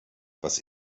was